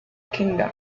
kingdom